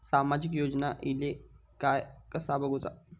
सामाजिक योजना इले काय कसा बघुचा?